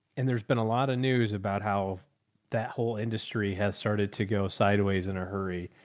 and there's been a lot of news about how that whole industry has started to go sideways in a hurry.